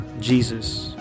jesus